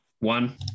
One